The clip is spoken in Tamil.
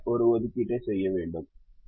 ஒரு ஒதுக்கீட்டை செய்ய வேண்டாம்